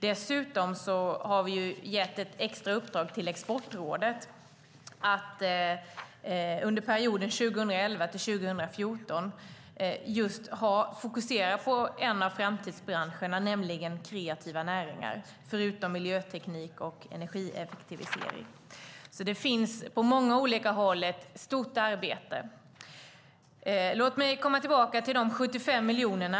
Dessutom har vi gett ett extra uppdrag till Exportrådet att under perioden 2011-2014 fokusera på en av framtidsbranscherna, nämligen kreativa näringar, förutom miljöteknik och energieffektivisering. Det finns alltså på många olika håll ett stort arbete. Låt mig komma tillbaka till de 75 miljonerna.